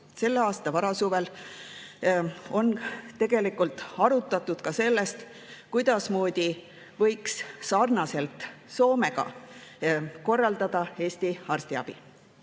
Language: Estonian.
Selle aasta varasuvel on tegelikult arutatud ka selle üle, kuidasmoodi võiks sarnaselt Soomega korraldada Eesti arstiabi.